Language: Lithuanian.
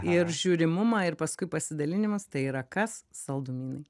ir žiūrimumą ir paskui pasidalinimus tai yra kas saldumynai